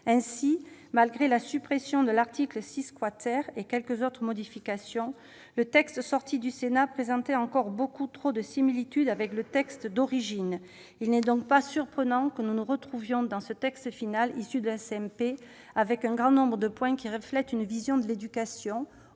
Ainsi, malgré la suppression de l'article 6 et quelques autres modifications, le texte sorti du Sénat présentait encore beaucoup trop de similitudes avec le projet de loi d'origine. Il n'est donc pas surprenant que nous retrouvions dans ce texte final, issu de la CMP, un grand nombre de points qui reflètent une vision de l'éducation